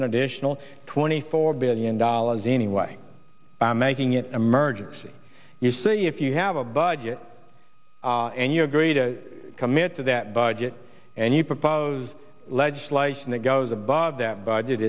an additional twenty four billion dollars anyway making it an emergency you say if you have a budget and you agree to commit to that budget and you propose legislation that goes above that budget